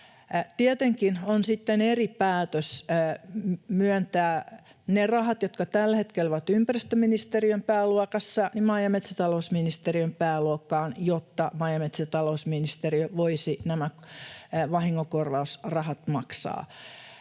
Tietenkin on sitten eri päätös myöntää ne rahat, jotka tällä hetkellä ovat ympäristöministeriön pääluokassa, maa- ja metsätalousministeriön pääluokkaan, jotta maa- ja metsätalousministeriö voisi nämä vahingonkorvausrahat maksaa.